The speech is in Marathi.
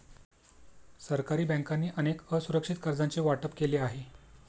सरकारी बँकांनी अनेक असुरक्षित कर्जांचे वाटप केले आहे